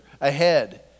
ahead